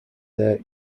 their